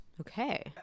Okay